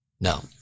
No